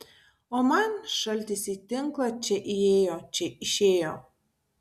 o man šaltis į tinklą čia įėjo čia išėjo